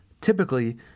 typically